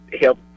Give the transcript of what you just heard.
help